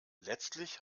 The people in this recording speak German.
letztlich